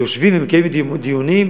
יושבים ומקיימים דיונים.